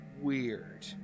weird